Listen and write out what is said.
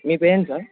మీ పేరేంటి సార్